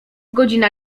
godzina